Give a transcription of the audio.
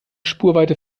spurweite